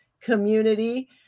community